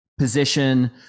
position